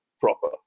Proper